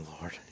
Lord